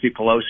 pelosi